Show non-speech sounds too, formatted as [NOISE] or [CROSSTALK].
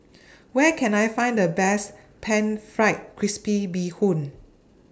[NOISE] Where Can I Find The Best Pan Fried Crispy Bee Hoon